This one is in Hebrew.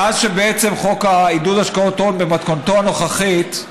מאז חוק עידוד הון במתכונתו הנוכחית,